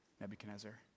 Nebuchadnezzar